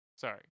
sorry